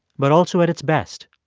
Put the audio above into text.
but also at its best.